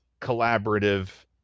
collaborative